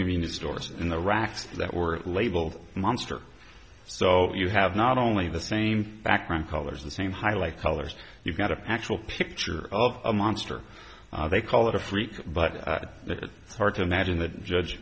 convenience stores in the racks that were labeled monster so you have not only the same background colors the same highlight colors you've got a actual picture of a monster they call it a fleet but the hard to imagine the judge